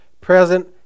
present